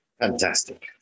Fantastic